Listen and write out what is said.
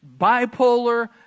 bipolar